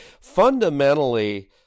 fundamentally